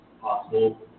possible